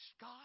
God